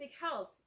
health